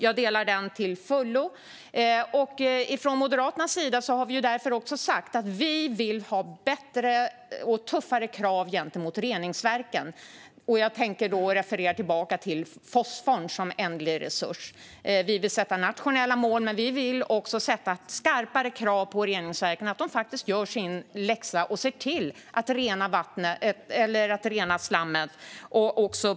Det delar jag till fullo, och från Moderaternas sida har vi därför också sagt att vi vill ha bättre och tuffare krav gentemot reningsverken. Jag refererar då tillbaka till fosforn som ändlig resurs. Vi vill sätta nationella mål, men vi vill också ställa skarpare krav på reningsverken att faktiskt göra sin läxa och se till att rena slammet.